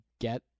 get